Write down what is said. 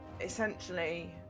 essentially